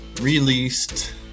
released